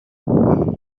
nomme